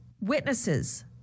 witnesses